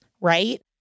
right